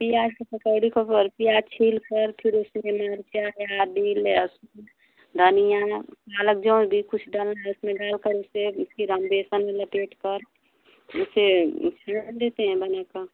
प्याज़ की पकौड़ी को बर प्याज़ छीलकर फिर उसमें मिर्चा है आदि लहसुन धनिया पालक जौन भी कुछ डालना है उसमें डालकर उसे फिर हम बेसन में लपेटकर उसे देते हैं बना कर